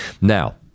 Now